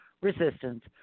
resistance